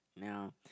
Now